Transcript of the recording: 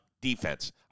defense